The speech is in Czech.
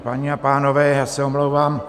Paní a pánové, já se omlouvám.